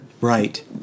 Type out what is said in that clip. Right